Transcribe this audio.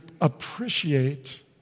appreciate